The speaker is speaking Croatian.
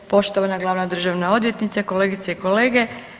Poštovana glavna državna odvjetnice, kolegice i kolege.